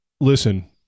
listen